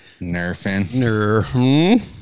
Nerfing